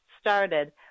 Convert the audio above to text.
started